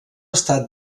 estat